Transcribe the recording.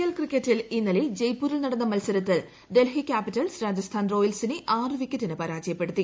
L ക്രിക്കറ്റിൽ ഇന്നലെ ജയ്പൂരിൽ നടന്ന മത്സരത്തിൽ ഡെൽഹി ക്യാപിറ്റൽസ് രാജസ്ഥാൻ റോയൽസിനെ ആറു വിക്കറ്റിനു പരാജയപ്പെടുത്തി